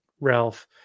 Ralph